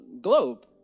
globe